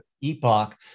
epoch